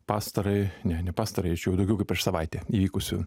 pastarają ne ne pastarąją čia jau daugiau kaip prieš savaitę įvykusių